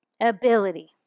Ability